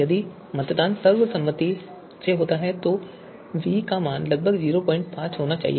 यदि मतदान सर्वसम्मति से होता है तो v का मान लगभग 05 होना चाहिए